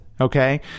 okay